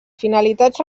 finalitats